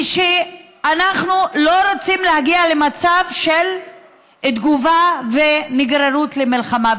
ושאנחנו לא רוצים להגיע למצב של תגובה ונגררות למלחמה.